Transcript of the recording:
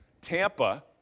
Tampa